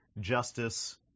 justice